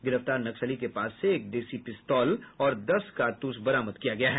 गिरफ्तार नक्सली के पास से एक देसी पिस्तौत और दस कारतूस बरामद किया गया है